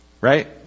Right